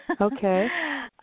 Okay